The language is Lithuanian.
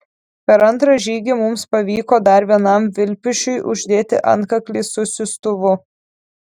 per antrą žygį mums pavyko dar vienam vilpišiui uždėti antkaklį su siųstuvu